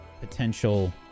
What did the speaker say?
potential